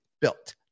Built